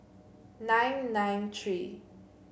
nine nine three